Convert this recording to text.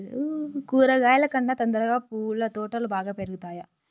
కూరగాయల కన్నా తొందరగా పూల తోటలు బాగా పెరుగుతయా?